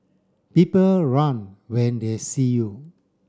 people run when they see you